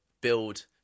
build